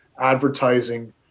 advertising